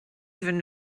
even